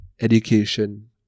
education